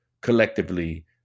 collectively